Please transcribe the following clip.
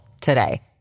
today